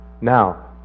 Now